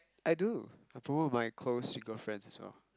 I do I follow my close single friends as well